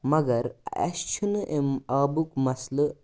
مگر اَسہِ چھُ نہٕ اَمہِ آبُک مَسلہٕ